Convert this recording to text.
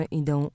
idą